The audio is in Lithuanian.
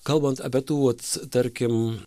kalbant apie tų vat tarkim